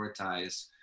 prioritize